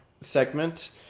segment